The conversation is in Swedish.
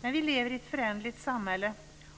Men vi lever i ett föränderligt samhälle,